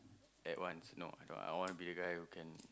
at once no I cannot I want to be the guy who can